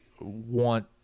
want